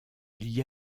l’y